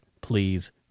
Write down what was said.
please